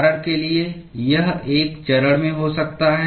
उदाहरण के लिए यह एक चरण में हो सकता है